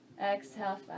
Exhale